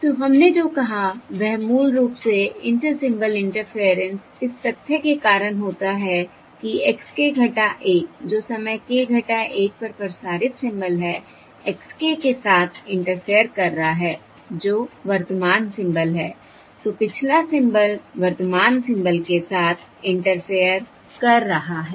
तो हमने जो कहा वह मूल रूप से इंटर सिंबल इंटरफेयरेंस इस तथ्य के कारण होता है कि x k 1 जो समय k 1 पर प्रसारित सिंबल है x k के साथ इंटरफेयर कर रहा है जो वर्तमान सिंबल है तो पिछला सिंबल वर्तमान सिंबल के साथ इंटरफेयर कर रहा है